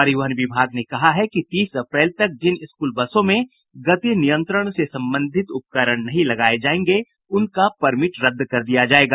परिवहन विभाग ने कहा है कि तीस अप्रैल तक जिन स्कूल बसों में गति नियंत्रण से संबंधित उपकरण नहीं लगाये जायेंगे उनका परमिट रद्द कर दिया जायेगा